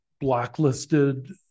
blacklisted